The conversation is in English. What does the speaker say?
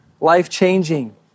life-changing